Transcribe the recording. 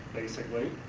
basically,